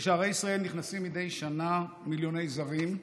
בשערי ישראל נכנסים מדי שנה מיליוני זרים.